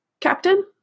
Captain